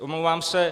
Omlouvám se.